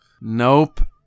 Nope